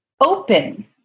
open